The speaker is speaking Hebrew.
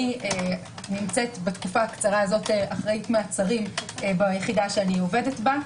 אני נמצאת בתקופה הקצרה הזאת אחראית מעצרים ביחידה שאני עובדת בה.